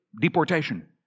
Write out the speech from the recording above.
deportation